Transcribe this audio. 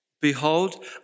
Behold